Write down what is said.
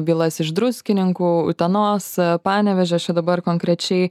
bylas iš druskininkų utenos panevėžio čia dabar konkrečiai